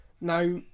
Now